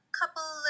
couple